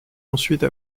ensuite